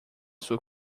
sua